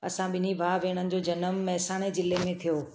असां ॿिनि भाउ भेनरुनि जो ॼनमु मेहसाणा ज़िले में थियो